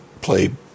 played